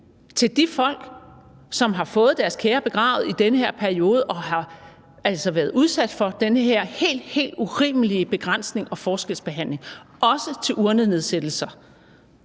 til de folk, som har fået deres kære begravet i den her periode og altså har været udsat for den her helt, helt urimelige begrænsning og forskelsbehandling, også til urnenedsættelser?